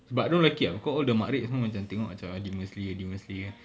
sebab I don't like it ah because all the mat reps semua macam tengok macam uh demon slayer demon slayer